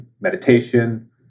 meditation